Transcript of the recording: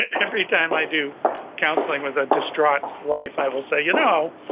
every time i do counseling with a distraught wife, i will say, you know,